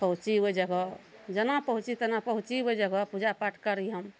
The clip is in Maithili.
पहुँची ओइ जगह जेना पहुँची तेना पहुँची ओइ जगह पूजा पाठ करी हम